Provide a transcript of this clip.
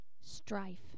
strife